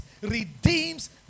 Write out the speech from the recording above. redeems